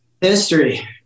history